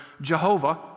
Jehovah